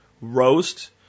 roast